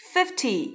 Fifty